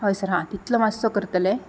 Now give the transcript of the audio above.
हय सर हा तितलो मातसो करतले